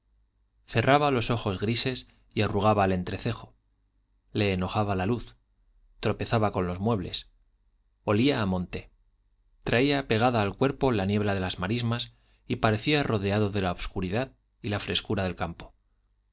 cerraba los ojos grises y arrugaba el entrecejo le enojaba la luz tropezaba con los muebles olía al monte traía pegada al cuerpo la niebla de las marismas y parecía rodeado de la obscuridad y la frescura del campo